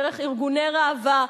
דרך ארגוני ראווה,